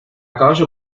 caballo